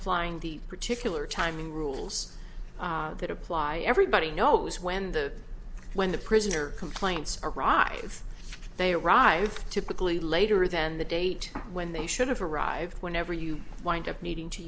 applying the particular timing rules that apply everybody knows when the when the prisoner complaints arrive they arrive typically later than the date when they should have arrived whenever you wind up needing to